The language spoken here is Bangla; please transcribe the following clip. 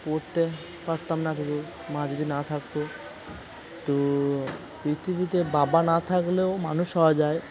পড়তে পারতাম না শুধু মা যদি না থাকত তো পৃথিবীতে বাবা না থাকলেও মানুষ হওয়া যায়